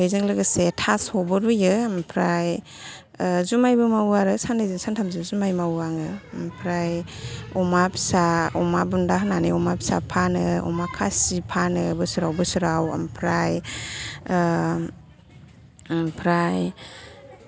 गुन्दैजों लोगासे थास'बो रूयो ओमफ्राइ जुमाइबो मावो आरो साननैजोॆ सानथामजों जुमाइ मावो आङो ओमफ्राइ अमा फिसा अमा बुन्दा होनानै अमा फिसा फानो अमा खासि फानो बोसोराव बोसोराव ओमफ्राइ